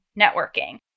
networking